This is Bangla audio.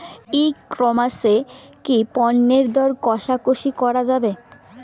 ই কমার্স এ কি পণ্যের দর কশাকশি করা য়ায়?